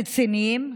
רציניים?